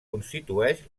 constitueix